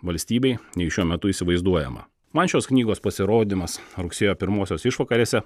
valstybei nei šiuo metu įsivaizduojama man šios knygos pasirodymas rugsėjo pirmosios išvakarėse